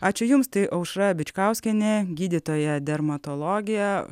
ačiū jums tai aušra bičkauskienė gydytoja dermatologė